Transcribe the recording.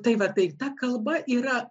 tai va tai ta kalba yra